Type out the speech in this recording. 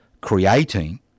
creating